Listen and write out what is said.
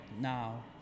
now